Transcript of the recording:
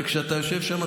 וכשאתה יושב שם,